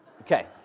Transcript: Okay